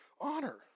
honor